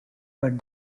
but